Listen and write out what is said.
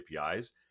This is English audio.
APIs